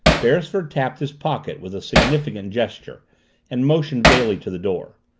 beresford tapped his pocket with a significant gesture and motioned bailey to the door.